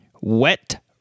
wet